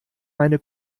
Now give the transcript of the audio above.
meine